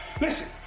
Listen